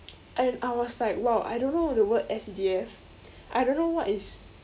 and I was like !wow! I don't know the word S_C_D_F I don't know what is